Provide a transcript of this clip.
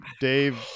Dave